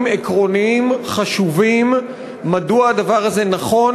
עקרוניים חשובים מדוע הדבר הזה נכון,